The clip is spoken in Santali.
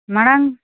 ᱢᱟᱲᱟᱝ